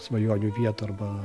svajonių vietą arba